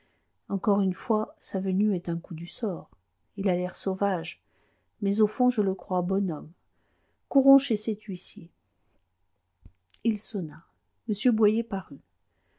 encore une fois sa venue est un coup du sort il a l'air sauvage mais au fond je le crois bon homme courons chez cet huissier il sonna m boyer parut